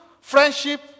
friendship